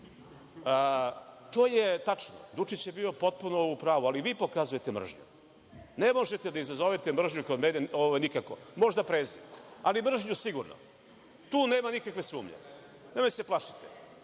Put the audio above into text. to je tačno. Dučić je bio potpuno u pravu, ali vi pokazujete mržnju. Ne možete da izazovete mržnju kod mene nikako, možda prezir, ali mržnju sigurno. Tu nema nikakve sumnje. Nemojte da se plašite.